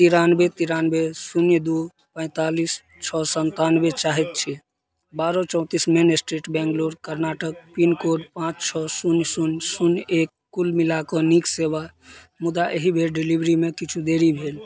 तिरानबे तिरानबे शून्य दू पैतालिस छओ सतानबे चाहैत छी बारह चौतीस main street Bangalore Karnataka pin code पाँच छओ शून्य शून्य शून्य एक कुल मिलाक नीक सेवा मुदा अहि बेर डिलीवरीमे किछु देरी भेल